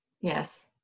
Yes